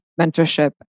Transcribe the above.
mentorship